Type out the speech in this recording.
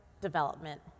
development